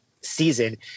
season